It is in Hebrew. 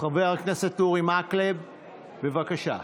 חבר הכנסת אורי מקלב, בבקשה.